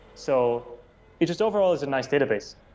so it just overall is a nice database.